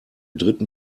dritten